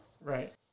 Right